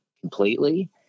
completely